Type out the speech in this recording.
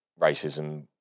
racism